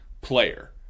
player